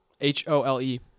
h-o-l-e